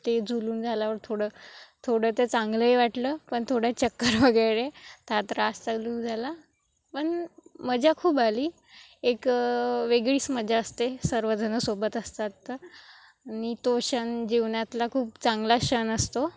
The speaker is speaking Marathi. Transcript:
ते झुलून झाल्यावर थोडं थोडं ते चांगलंही वाटलं पण थोडं चक्कर वगैरे चा त्रास चालू झाला पण मजा खूप आली एक वेगळीच मजा असते सर्वजण सोबत असतात तर आणि तो क्षण जीवनातला खूप चांगला क्षण असतो